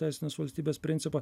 teisinės valstybės principą